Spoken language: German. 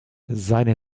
seinen